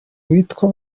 bitwa